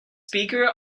speaker